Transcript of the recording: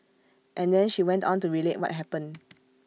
and then she went on to relate what happened